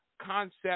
concept